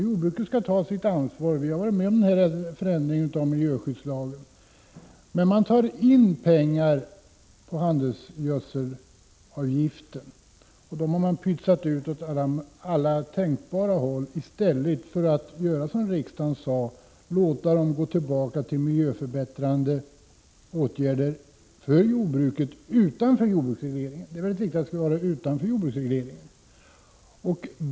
Jordbruket skall givetvis ta sitt ansvar — vi har ställt oss bakom förändringen av miljöskyddslagen. Man tar in pengar på handelsgödselavgiften. Sedan pytsar man ut dem på alla tänkbara håll i stället för att göra som riksdagen sade, nämligen låta dem gå tillbaka till miljöförbättrande åtgärder för jordbruket, utanför jordbruksregleringen. Det är mycket viktigt att det skall vara utanför jordbruksregleringen.